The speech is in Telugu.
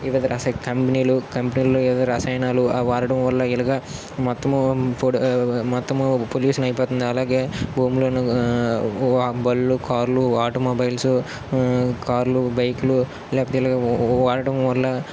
ఇవిధ రస కంపెనీలు కంపెనీలు ఏదో రసానయలు వాడడం వల్ల ఇలాగ మొత్తము మొత్తము పొల్యూషన్ అవుతుంది అలాగే భూమిలో బళ్ళు కార్లు ఆటో మొబైల్స్ కార్లు బైక్లు లేకపోతే ఇలాగ వాడడం వల్ల